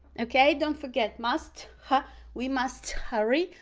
okay, don't forget must ha we must hurry.